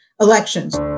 elections